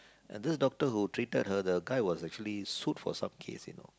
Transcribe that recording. and this doctor who treated her the guy was actually sued for some case you know